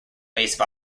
base